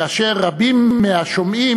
כאשר רבים מהשומעים,